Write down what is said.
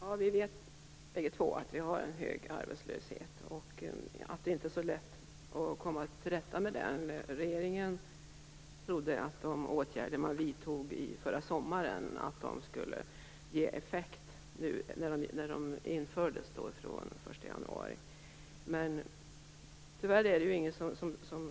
Herr talman! Vi vet båda två att vi har en hög arbetslöshet och att det inte är så lätt att komma till rätta med den. Regeringen trodde att de åtgärder man vidtog förra sommaren skulle ge effekt nu när de infördes den 1 januari. Men tyvärr är det ju ingenting